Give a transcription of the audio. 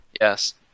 Yes